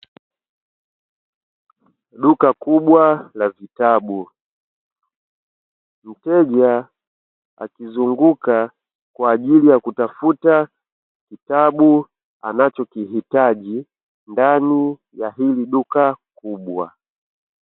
Duka kubwa la vitabu, mteja akizunguka kwa ajili ya kutafuta kitabu anachokihitaji, ndani ya hili duka kubwa.